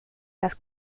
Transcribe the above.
las